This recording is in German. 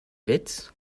witz